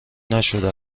نشده